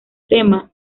tema